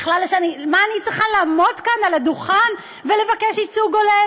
למה בכלל אני צריכה לעמוד כאן על הדוכן ולבקש ייצוג הולם?